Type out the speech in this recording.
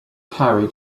carry